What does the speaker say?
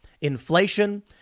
inflation